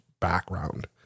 background